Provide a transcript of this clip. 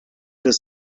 des